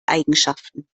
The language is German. eigenschaften